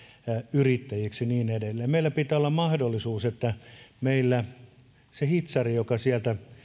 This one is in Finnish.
yrittäjiksi ja niin edelleen meillä pitää olla mahdollisuus että meillä sille hitsarille joka sieltä